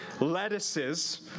lettuces